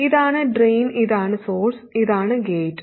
ഇതാണ് ഡ്രെയിൻ ഇതാണ് സോഴ്സ് ഇതാണ് ഗേറ്റ്